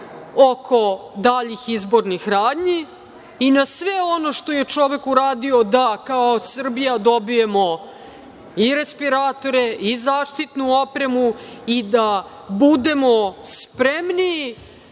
oko daljih izbornih radnji i na sve ono što je čovek uradio da kao Srbija dobijemo respiratore, zaštitnu opremu i da budemo spremni